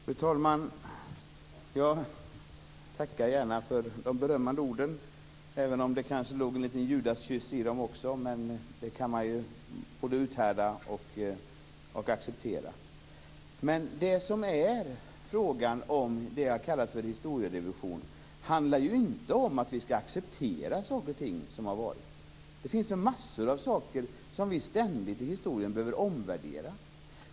Fru talman! Jag tackar gärna för de berömmande orden, även om det kanske låg en liten judaskyss i dem också. Men det kan jag både uthärda och acceptera. Det som jag kallar historierevision handlar inte om att vi skall acceptera saker och ting som har varit. Det finns massor av saker i historien som vi ständigt behöver omvärdera.